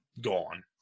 gone